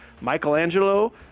Michelangelo